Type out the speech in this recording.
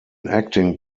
acting